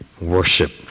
worship